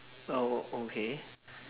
oh okay